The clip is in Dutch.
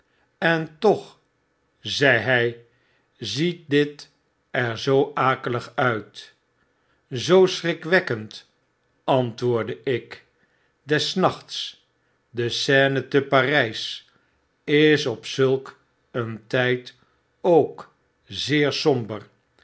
en toch zei hij ziet dit er zoo akelig uit zoo schrikwekkend antwoordde ik ff des nachts de seine te parys is op zulk een tyd ook zeer somber